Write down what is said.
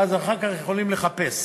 ואז אחר כך יכולים לחפש,